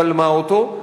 בלמה אותו.